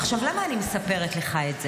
עכשיו, למה אני מספרת לך את זה?